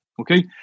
Okay